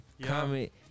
Comment